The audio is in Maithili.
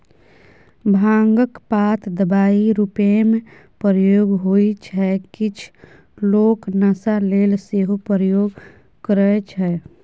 भांगक पात दबाइ रुपमे प्रयोग होइ छै किछ लोक नशा लेल सेहो प्रयोग करय छै